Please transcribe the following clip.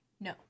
no